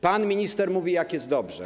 Pan minister mówi, jak jest dobrze.